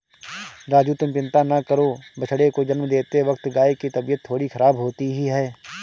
राजू तुम चिंता ना करो बछड़े को जन्म देते वक्त गाय की तबीयत थोड़ी खराब होती ही है